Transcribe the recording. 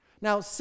Now